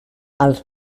els